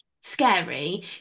scary